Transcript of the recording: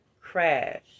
crash